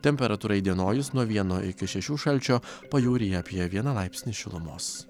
temperatūra įdienojus nuo vieno iki šešių šalčio pajūryje apie vieną laipsnį šilumos